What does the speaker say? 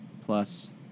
plus